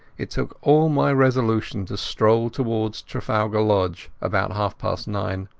it took all my resolution to stroll towards trafalgar lodge about half-past nine.